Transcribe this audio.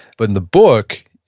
but in the book,